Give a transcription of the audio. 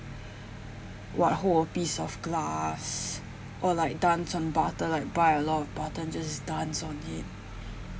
what hold a piece of glass or like dance on butter like buy a lot of butter and just dance on it